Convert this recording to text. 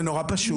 זה נורא פשוט.